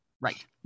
Right